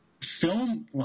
film